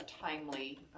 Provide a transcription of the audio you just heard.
timely